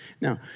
Now